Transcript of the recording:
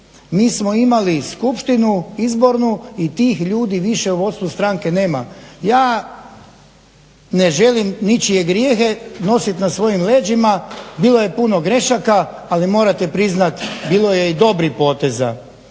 Mi smo imali skupštinu izbornu i tih ljudi više u vodstvu stranke nema. Ja ne želim ničije grijehe nosit na svojim leđima, bilo je puno grešaka, ali morate priznat bilo je i dobrih poteza